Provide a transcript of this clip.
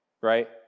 right